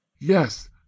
Yes